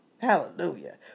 Hallelujah